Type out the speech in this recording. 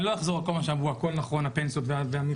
אני לא אחזור על כל מה שאמרו כאן בנושא הפנסיות והמכסות,